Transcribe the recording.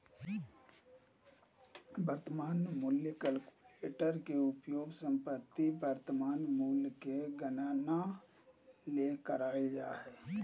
वर्तमान मूल्य कलकुलेटर के उपयोग संपत्ति के वर्तमान मूल्य के गणना ले कइल जा हइ